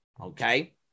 Okay